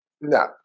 no